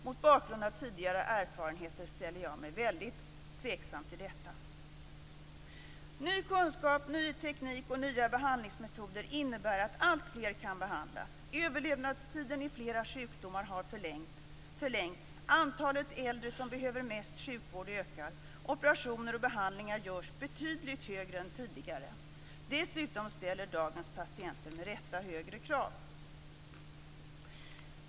Mot bakgrund av tidigare erfarenheter ställer jag mig mycket tveksam till detta. Ny kunskap, ny teknik och nya behandlingsmetoder innebär att alltfler kan behandlas. Överlevnadstiden i flera sjukdomar har förlängts. Antalet äldre som behöver mest sjukvård ökar. Operationer och behandlingar görs i betydligt högre åldrar än tidigare. Dessutom ställer dagens patienter med rätta högre krav.